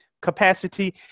capacity